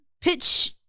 pitch